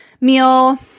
meal